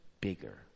bigger